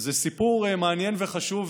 זה סיפור מעניין וחשוב,